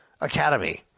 Academy